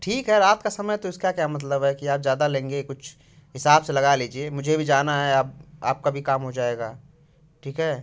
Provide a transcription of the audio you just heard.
ठीक है रात का समय है तो इसका क्या मतलब है कि आप ज़्यादा लेंगे कुछ हिसाब से लगा लीजिए मुझे भी जाना है अब आपका भी काम हो जाएगा ठीक है